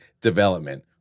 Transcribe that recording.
Development